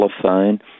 telephone